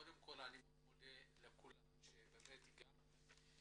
קודם כול אני מאוד מודה לכולם, גם לנציגי